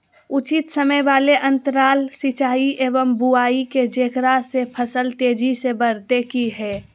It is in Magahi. उचित समय वाले अंतराल सिंचाई एवं बुआई के जेकरा से फसल तेजी से बढ़तै कि हेय?